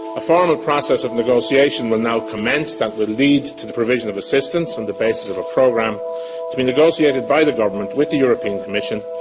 a formal process of negotiation will now commence that will lead to the provision of assistance on and the basis of a program to be negotiated by the government with the european commission,